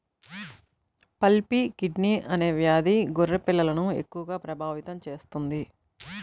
pulpy kidney అనే వ్యాధి గొర్రె పిల్లలను ఎక్కువగా ప్రభావితం చేస్తుంది